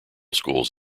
schools